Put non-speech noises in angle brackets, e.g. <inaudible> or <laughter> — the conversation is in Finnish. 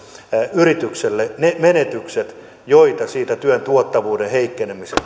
yritykselle ne menetykset jotka siitä työn tuottavuuden heikkenemisestä <unintelligible>